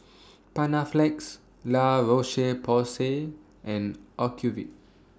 Panaflex La Roche Porsay and Ocuvite